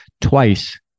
twice